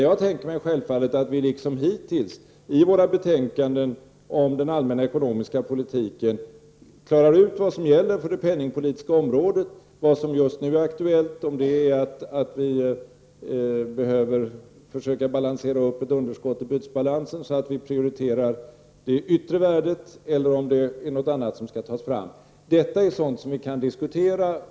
Jag tänker mig självfallet att vi liksom hittills i våra betänkanden om den allmänna ekonomiska politiken klarar ut vad som gäller på det penningpolitiska området, vad som just nu är aktuellt, om det är att vi behöver försöka balansera upp ett underskott i bytesbalansen, så att vi prioriterar det yttre värdet, eller om det är något annat som skall tas fram. Detta är sådant som vi kan diskutera.